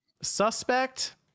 suspect